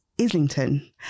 Islington